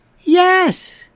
Yes